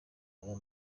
aya